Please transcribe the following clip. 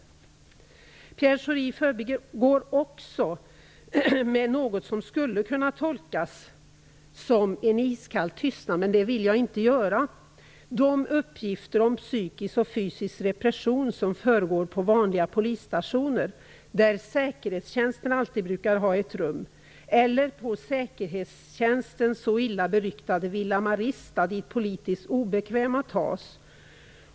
Pierre Schori förbigår också, med något som skulle kunna tolkas som iskall tystnad - men det vill jag inte göra - de uppgifter om psykisk och fysisk repression som försiggår på vanliga polisstationer, där säkerhetstjänsten brukar ha ett rum, eller på säkerhetstjänstens illa beryktade Villa Marista, dit politiskt obekväma tas.